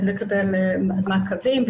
מעקבים,